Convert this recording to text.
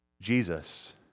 Jesus